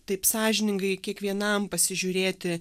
taip sąžiningai kiekvienam pasižiūrėti